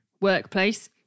workplace